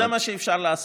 זה מה שאפשר לעשות.